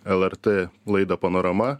lrt laidą panorama